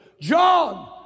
John